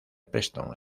preston